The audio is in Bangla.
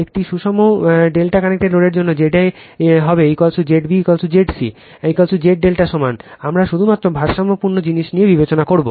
একটি সুষম ∆ সংযুক্ত লোডের জন্য Z a হবে Z b Zc Z ∆ সমান আমরা শুধুমাত্র ভারসাম্যপূর্ণ জিনিস বিবেচনা করব